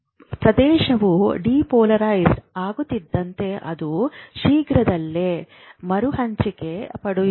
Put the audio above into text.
ಪ್ರದೇಶವು ಡಿಪೋಲರೈಸ್ ಆಗುತ್ತಿದ್ದಂತೆ ಅದು ಶೀಘ್ರದಲ್ಲೇ ಮರುಹಂಚಿಕೆ ಪಡೆಯುತ್ತದೆ